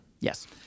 Yes